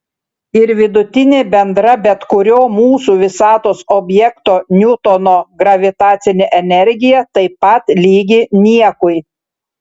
ir vidutinė bendra bet kurio mūsų visatos objekto niutono gravitacinė energija taip pat lygi niekui